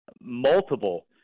multiple